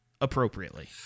appropriately